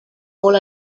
molt